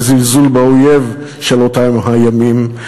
לזלזול באויב של אותם הימים,